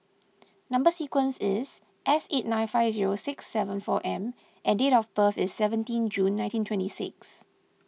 Number Sequence is S eight nine five zero six seven four M and date of birth is seventeen June nineteen twenty six